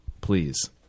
please